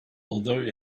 although